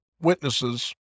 witnesses